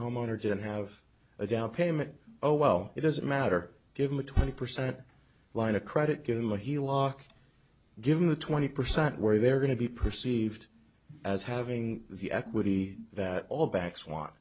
homeowner didn't have a downpayment oh well it doesn't matter give him a twenty percent line of credit given what he lost given the twenty percent where they're going to be perceived as having the equity that all banks wa